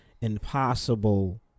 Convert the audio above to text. impossible